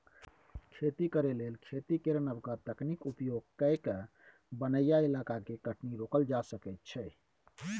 खेती करे लेल खेती केर नबका तकनीक उपयोग कए कय बनैया इलाका के कटनी रोकल जा सकइ छै